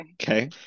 Okay